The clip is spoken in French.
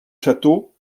château